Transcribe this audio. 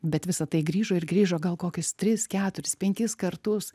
bet visa tai grįžo ir grįžo gal kokius tris keturis penkis kartus